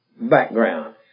background